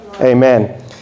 Amen